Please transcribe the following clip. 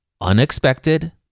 unexpected